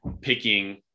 picking